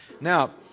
Now